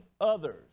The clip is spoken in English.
others